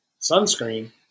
sunscreen